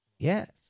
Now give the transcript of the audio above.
Yes